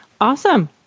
Awesome